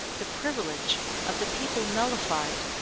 the privilege of the people nullified,